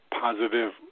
positive